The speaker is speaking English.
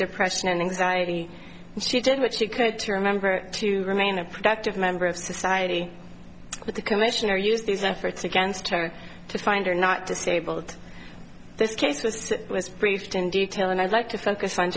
depression and anxiety and she did what she could to remember to remain a productive member of society with the commissioner used these efforts against her to find her not disabled this case was was briefed in detail and i'd like to focus on